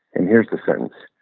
and here's the sentence.